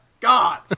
God